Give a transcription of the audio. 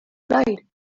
flight